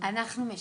אנחנו משלמים.